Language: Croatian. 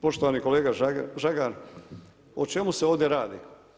Poštovani kolega Žagar, o čemu se ovdje radi?